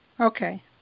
Okay